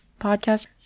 podcast